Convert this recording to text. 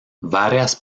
varias